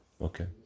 Okay